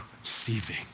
receiving